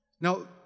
Now